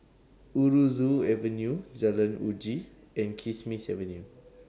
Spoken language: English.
Aroozoo Avenue Jalan Uji and Kismis Avenue